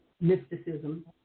mysticism